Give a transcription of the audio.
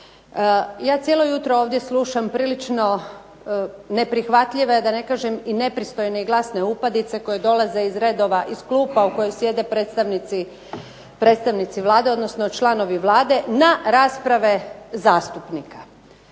Ja cijelo jutro ovdje slušam prilično neprihvatljive, da ne kažem i nepristojne i glasne upadice koje dolaze iz redova, iz klupa u kojima sjede predstavnici Vlade, odnosno članovi Vlade na rasprave zastupnika.